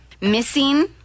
missing